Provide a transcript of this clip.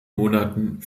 monaten